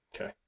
Okay